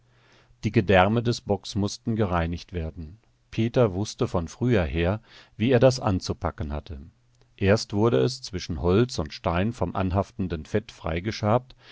die gedärme des bocks mußten gereinigt werden peter wußte von früher her wie er das anzupacken hatte erst wurde es zwischen holz und stein vom anhaftenden fett freigeschabt